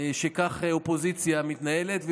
שכך אופוזיציה מתנהלת.